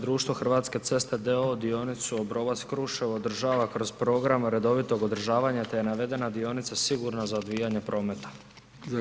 Društvo Hrvatske ceste d.o.o. dionicu Obrovac-Kruševo održava kroz program redovitog održavanja te je navedena dionica sigurna za odvijanje prometa.